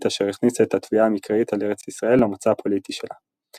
אשר הכניסה את התביעה המקראית על ארץ ישראל למצע הפוליטי שלה.